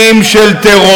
מעל 100 שנים של טרור,